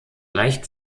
leicht